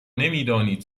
نمیدانید